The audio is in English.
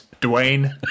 Dwayne